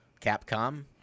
Capcom